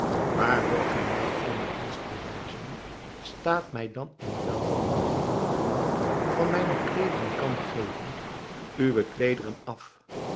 maar wilt gij mij eenen dienst bewijzen staat mij dan in ruil van hetgeen ik u van mijne kleederen kan geven uwe kleederen af